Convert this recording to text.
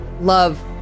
love